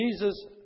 Jesus